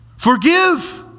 Forgive